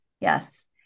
yes